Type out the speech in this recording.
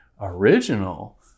original